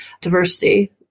diversity